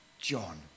John